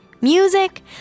Music